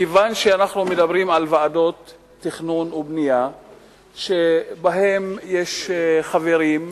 מכיוון שאנחנו מדברים על ועדות תכנון ובנייה שבהן יש חברים,